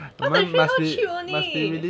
bus and train how cheap only